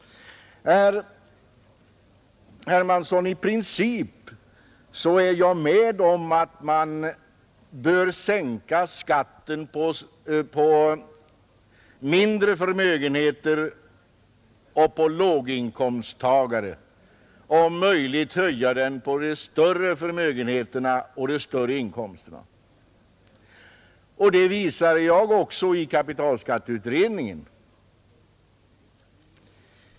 I princip är jag med om, herr Hermansson i Stockholm, att man bör sänka skatten på mindre förmögenheter och låga inkomster och om möjligt höja den på de större förmögenheterna och de större inkomsterna. Detta visade jag också i kommunalskatteberedningen.